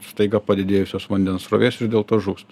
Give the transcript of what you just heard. staiga padidėjusios vandens srovės ir dėl to žūsta